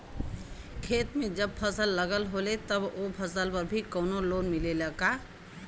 खेत में जब फसल लगल होले तब ओ फसल पर भी कौनो लोन मिलेला का?